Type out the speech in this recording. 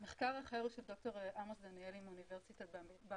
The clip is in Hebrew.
מחקר אחר הוא של ד"ר עמוס דניאלי מאונ' בר